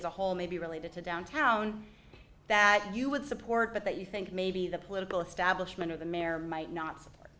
as a whole maybe related to downtown that you would support but that you think maybe the political establishment or the mare might not support